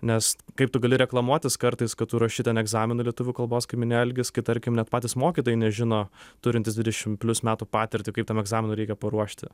nes kaip tu gali reklamuotis kartais kad tu ruoši ten egzaminui lietuvių kalbos kaip minėjo algis kai tarkim net patys mokytojai nežino turintys dvidešim plius metų patirtį kaip tam egzaminui reikia paruošti